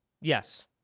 yes